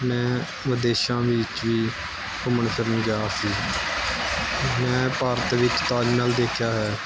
ਮੈਂ ਵਿਦੇਸ਼ਾਂ ਵਿੱਚ ਵੀ ਘੁੰਮਣ ਫਿਰਨ ਗਿਆ ਸੀ ਮੈਂ ਭਾਰਤ ਵਿੱਚ ਤਾਜ ਮਹਿਲ ਦੇਖਿਆ ਹੈ